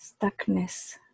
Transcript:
stuckness